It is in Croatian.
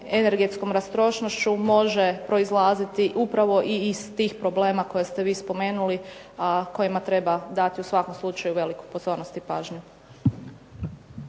energetskom rastrošnošću može proizlaziti upravo i iz tih problema koje ste vi spomenuli, a kojima treba dati u svakom slučaju veliku pozornost i pažnju.